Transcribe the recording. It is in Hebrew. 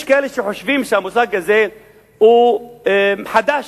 יש כאלה שחושבים שהמושג הזה הוא חדש,